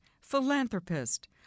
philanthropist